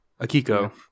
Akiko